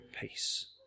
peace